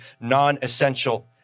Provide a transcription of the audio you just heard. non-essential